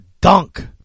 dunk